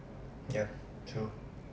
yeah true